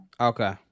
Okay